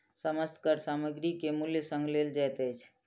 समस्त कर सामग्री के मूल्य संग लेल जाइत अछि